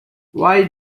why